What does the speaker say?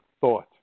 thought